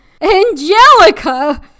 Angelica